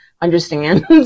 understand